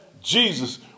Jesus